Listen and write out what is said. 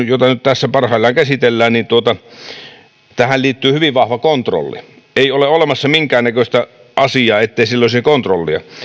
jota nyt tässä parhaillaan käsitellään liittyy hyvin vahva kontrolli ei ole olemassa minkäännäköistä asiaa jolle ei olisi kontrollia